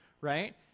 right